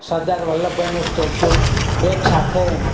સરદાર વલ્લભભાઈનું સ્ટેચ્યુ એકસાથે